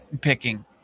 picking